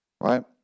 Right